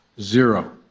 Zero